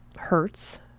hurts